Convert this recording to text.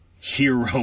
hero